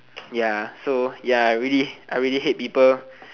ya so ya I really I really hate people